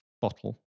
bottle